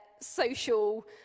social